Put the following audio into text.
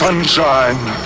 Sunshine